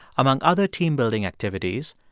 among other team-building activities,